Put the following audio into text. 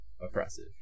oppressive